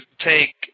take